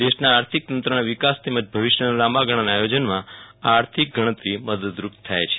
દેશના આર્થિક તંત્રના વિકાસ તેમજ ભવિષ્યના લાંબા ગાળાના આયોજનમાં આર્થિક ગણતરી મદદરૂપ થાય છે